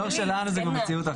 בדור שלנו זאת כבר מציאות אחרת.